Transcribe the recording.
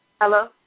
Hello